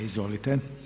Izvolite.